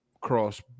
cross